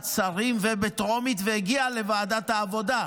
שרים ובטרומית והגיע לוועדת העבודה.